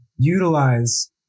utilize